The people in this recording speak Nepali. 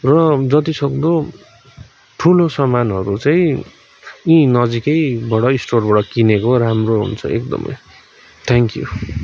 र जतिसक्दो ठुलो सामानहरू चाहिँ यहीँ नजिकैबाट स्टोरबाट किनेको राम्रो हुन्छ एकदमै थ्याङ्क्यु